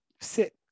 sit